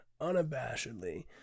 unabashedly